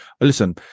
listen